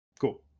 Cool